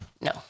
No